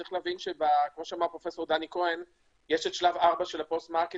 צריך להבין שיש את שלב 4 של הפוסט-מרקטינג,